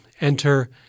enter